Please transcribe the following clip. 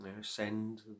Send